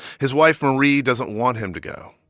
his wife, marie, doesn't want him to go.